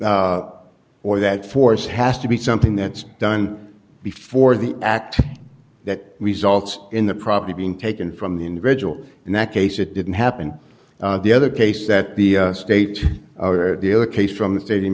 threat or that force has to be something that's done before the act that results in the property being taken from the individual in that case it didn't happen the other case that the state the other case from the state in